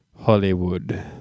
Hollywood